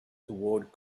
toward